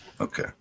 Okay